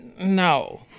No